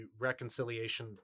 reconciliation